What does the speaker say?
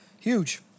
Huge